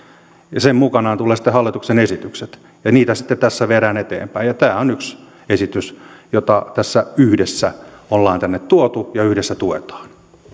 ja sen mukana tulevat sitten hallituksen esitykset ja niitä sitten tässä viedään eteenpäin tämä on yksi esitys jota tässä yhdessä ollaan tänne tuotu ja yhdessä tuetaan